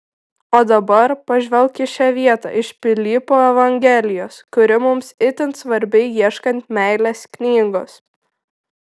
o dabar pažvelk į šią vietą iš pilypo evangelijos kuri mums itin svarbi ieškant meilės knygos